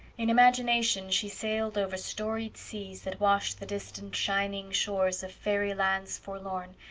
in imagination she sailed over storied seas that wash the distant shining shores of faery lands forlorn,